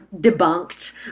debunked